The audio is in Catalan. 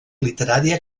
literària